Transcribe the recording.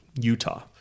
Utah